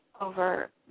Over